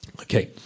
Okay